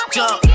jump